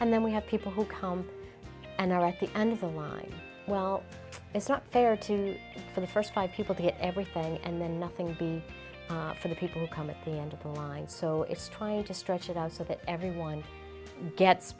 and then we have people who come and are at the end of the line well it's not fair to me for the first five people to get everything and then nothing would be up for the people who come at the end of the line so it's time to stretch it out so that everyone gets